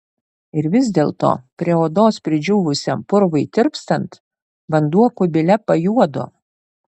ir vis dėlto prie odos pridžiūvusiam purvui tirpstant vanduo kubile pajuodo